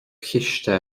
chiste